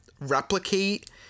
replicate